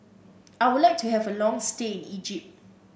I would like to have a long stay in Egypt